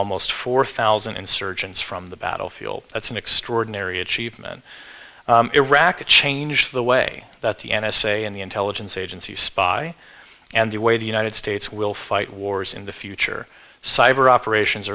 four thousand insurgents from the battlefield that's an extraordinary achievement iraqi change the way that the n s a and the intelligence agencies spot and the way the united states will fight wars in the future cyber operations